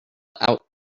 out